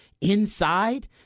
inside